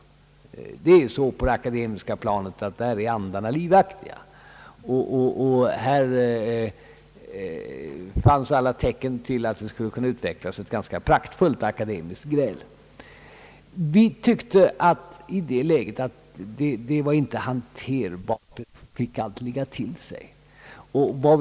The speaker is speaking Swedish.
På det akademiska planet är andarna livaktiga, och här fanns alla tecken på att det skulle kunna utvecklas ett ganska praktfullt akademiskt gräl. I det läget var frågan inte hanterbar, den måste få ligga till sig ett slag.